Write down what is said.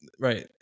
right